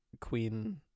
Queen